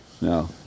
No